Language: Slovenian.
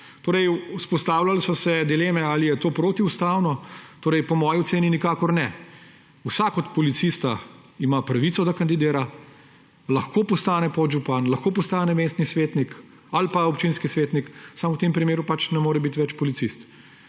potrebna. Vzpostavljale so se dileme, ali je to protiustavno. Po moji oceni nikakor ne. Vsak od policistov ima pravico, da kandidira, lahko postane podžupan, lahko postane mestni svetnik ali pa občinski svetnik, samo v tem primeru pač ne more biti več policist.